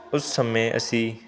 ਉਸ ਸਮੇਂ ਅਸੀਂ